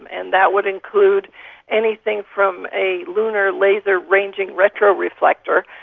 and that would include anything from a lunar laser ranging retro-reflector,